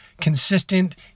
consistent